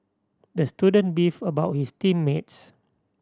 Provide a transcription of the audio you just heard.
the student beefed about his team mates